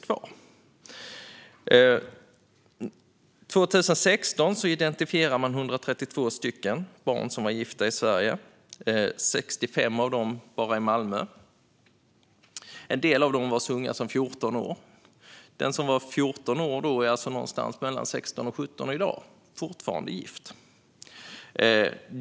År 2016 identifierades 132 barn i Sverige som var gifta. 65 av dem fanns i Malmö. En del av dem var så unga som 14 år. Den som var 14 år då är alltså någonstans mellan 16 och 17 år i dag och fortfarande gift.